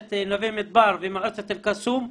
מועצת נווה מדבר ומועצת אל קאסום,